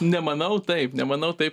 nemanau taip nemanau taip